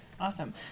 Awesome